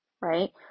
Right